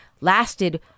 lasted